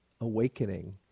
awakening